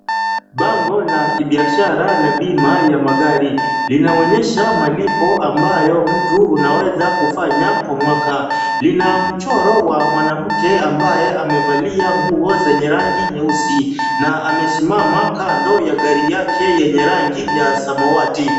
Bango la kibiashara la bima ya magari. Linaonyesha malipo ambayo mtu unaweza kufanya kwa mwaka. Lina mchoro wa mwanamke ambaye amevalia nguo zenye rangi nyeusi, na amesimama kando ya gari yake yenye rangi ya samawati.